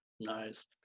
Nice